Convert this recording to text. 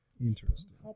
Interesting